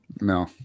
No